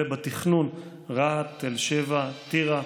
בתכנון: רהט, תל שבע, טירה,